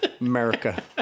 america